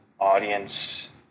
audience